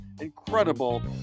incredible